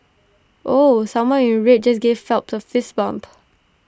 ooh someone in red just gave Phelps A fist bump